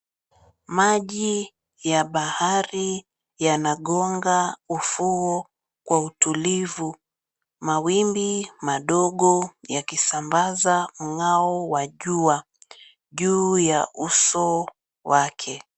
Maji ya bahari yanagonga ufuo kwa utulivu. Mawimbi madogo yakisambaza mng'ao wa jua, juu ya uso wake.